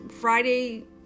Friday